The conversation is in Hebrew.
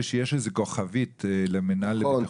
שיש איזושהי כוכבית למינהל לבטיחות ולגיהות.